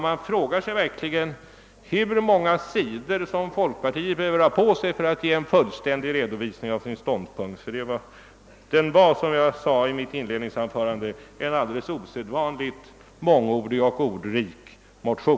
Man frågar sig verkligen, hur många sidor folkpartiet behöver använda för att ge en fullständig redovisning av sin ståndpunkt. Som jag sade i mitt inledningsanförande är nämligen motionen osedvanligt mångordig och ordrik.